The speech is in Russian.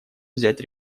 взять